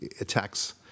attacks